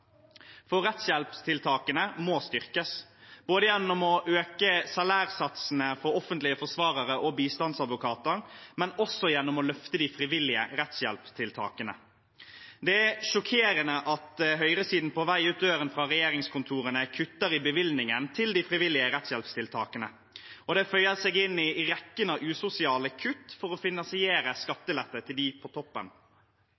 For rettshjelpstiltakene må styrkes gjennom å øke salærsatsene for offentlige forsvarere og bistandsadvokater, men også gjennom å løfte fram de frivillige rettshjelpstiltakene. Det er sjokkerende at høyresiden på vei ut døren fra regjeringskontorene kutter i bevilgningen til de frivillige rettshjelpstiltakene. Det føyer seg inn i rekken av usosiale kutt for å finansiere